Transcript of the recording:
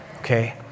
okay